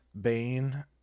Bane